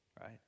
right